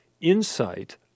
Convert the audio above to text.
insight